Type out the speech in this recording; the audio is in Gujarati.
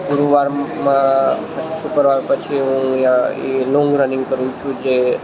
ગુરુવારમાં શુક્રવાર પછી હું ત્યાં એ લોંગ રનિંગ કરું છું જે